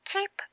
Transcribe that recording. Keep